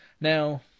Now